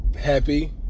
happy